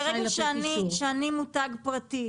אז ברגע שאני מותג פרטי,